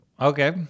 Okay